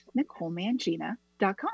NicoleMangina.com